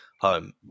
home